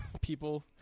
people